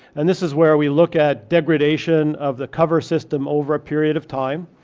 and this is where we look at degradation of the cover system over a period of time.